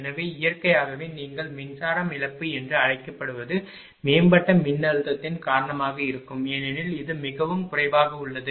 எனவே இயற்கையாகவே நீங்கள் மின்சாரம் இழப்பு என்று அழைக்கப்படுவது மேம்பட்ட மின்னழுத்தத்தின் காரணமாக இருக்கும் ஏனெனில் இது மிகவும் குறைவாக உள்ளது